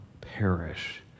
perish